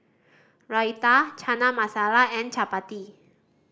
Raita Chana Masala and Chapati